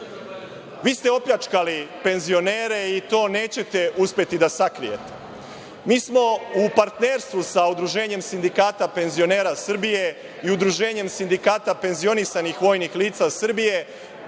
ste opljačkali penzionere i to nećete uspeti da sakrijete. Mi smo u partnerstvu sa Udruženjem sindikata penzionera Srbije i sa Udruženjem sindikata penzionisanih vojnih lica Srbije